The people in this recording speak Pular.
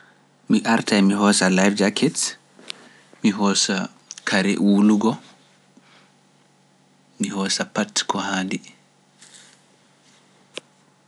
Mi artai mi hosa life jacket, mi hosa kare wuulugo, mi hosa pat ko haandi.